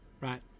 right